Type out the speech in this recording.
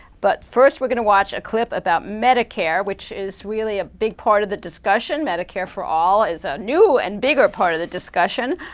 but first, we're going to watch a clip about medicare, which is really a big part of the discussion. medicare for all is a new and bigger part of the discussion.